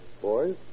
Boys